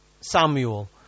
Samuel